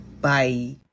Bye